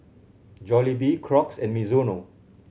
Jollibee Crocs and Mizuno